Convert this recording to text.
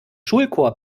schulchor